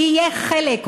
יהיה חלק,